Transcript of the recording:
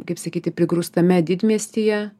kaip sakyti prigrūstame didmiestyje